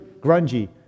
grungy